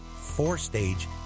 four-stage